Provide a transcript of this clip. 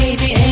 baby (